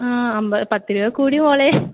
ആ അമ്പത് പത്ത് രൂപ കൂടി മോളെ